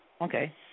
Okay